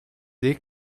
dès